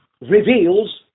reveals